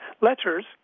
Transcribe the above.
letters